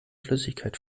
flüssigkeit